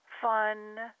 fun